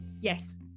Yes